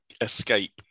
escape